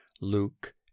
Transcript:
Luke